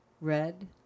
Red